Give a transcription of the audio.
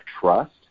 trust